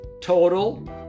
total